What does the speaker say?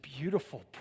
beautiful